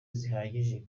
zihagije